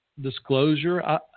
disclosure